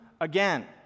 again